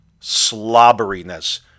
slobberiness